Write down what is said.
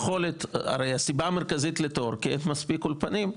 הרי הסיבה המרכזית לתור היא כי אין מספיק אולפנים,